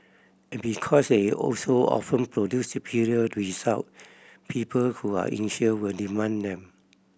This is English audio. and because they also often produce superior result people who are insured will demand them